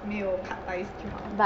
没有 cut ties 就好